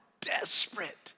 desperate